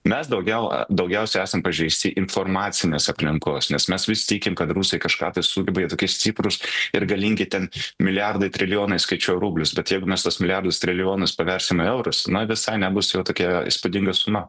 mes daugiau daugiausiai esam pažeisti informacinės aplinkos nes mes vis tikim kad rusai kažką tai sugeba jie tokie stiprūs ir galingi ten milijardai trilijonai skaičiuoja rublius bet jeigu mes tuos milijardus trilijonus paversim į eurus na visai nebus jau tokia įspūdinga suma